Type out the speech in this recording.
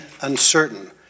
uncertain